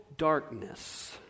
darkness